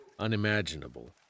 unimaginable